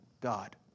God